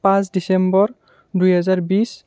পাঁচ ডিচেম্বৰ দুই হাজাৰ বিছ